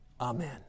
amen